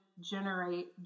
generate